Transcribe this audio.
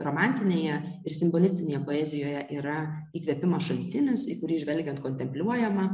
romantinėje ir simbolistinėje poezijoje yra įkvėpimo šaltinis į kurį žvelgiant kontempliuojama